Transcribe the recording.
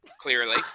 Clearly